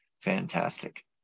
Fantastic